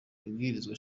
ibwirizwa